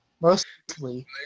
Mostly